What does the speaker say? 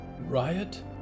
Riot